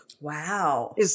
Wow